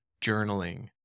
journaling